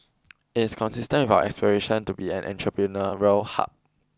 it's consistent our aspiration to be an entrepreneur roal hub